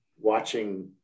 watching